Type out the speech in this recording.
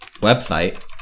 website